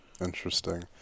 Interesting